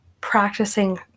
practicing